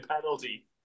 penalty